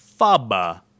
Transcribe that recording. Faba